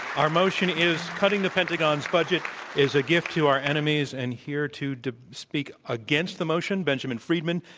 our motion is, cutting the pentagon's budget is a gift to our enemies. and here to to speak against the motion, benjamin friedman.